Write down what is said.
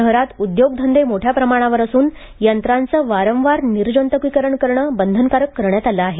शहरात उद्योग धंदे मोठ्या प्रमाणावर असून यंत्रांचं वारंवार निर्जंत्कीकरण करणे बंधनकारक करण्यात आलं आहे